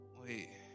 Wait